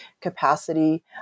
capacity